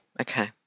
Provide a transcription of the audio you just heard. Okay